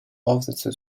aufsätze